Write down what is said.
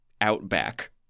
Outback